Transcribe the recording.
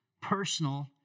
personal